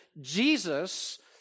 Jesus